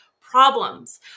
problems